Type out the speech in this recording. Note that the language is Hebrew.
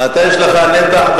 אתה יש לך נתח.